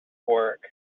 work